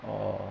orh